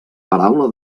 paraula